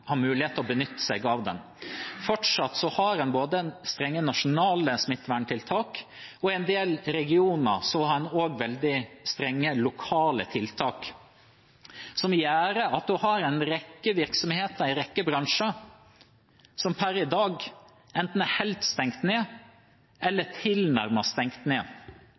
mulighet til å benytte seg av den. Fortsatt har en strenge nasjonale smitteverntiltak, og i en del regioner har en også veldig strenge lokale tiltak, som gjør at det er en rekke virksomheter i en rekke bransjer som per i dag enten er helt stengt ned eller tilnærmet stengt ned.